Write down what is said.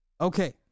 Okay